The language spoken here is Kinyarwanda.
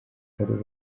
nkuru